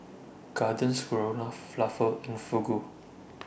Garden Stroganoff Falafel and Fugu